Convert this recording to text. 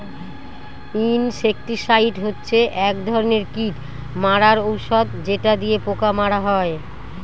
insecticide হচ্ছে এক ধরনের কীট মারার ঔষধ যেটা দিয়ে পোকা মারা হয়